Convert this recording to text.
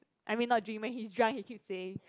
I mean not dream when he's drunk he keep saying